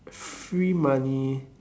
free money